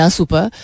super